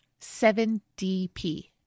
7DP